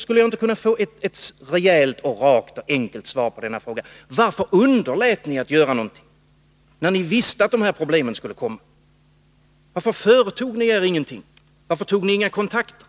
Skulle jag inte kunna få ett rejält, rakt och enkelt svar på dessa frågor: Varför underlät ni att göra någonting, när ni visste att de här problemen skulle komma? Varför företog ni er ingenting? Varför tog ni inga kontakter?